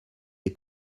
les